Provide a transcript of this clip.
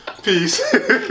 Peace